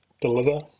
deliver